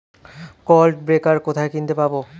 Clod breaker কোথায় কিনতে পাব?